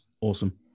Awesome